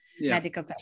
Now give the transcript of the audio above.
medical